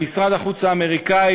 במשרד החוץ האמריקני,